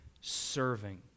serving